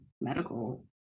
medical